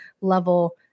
level